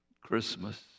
Christmas